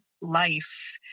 life